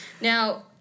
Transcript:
Now-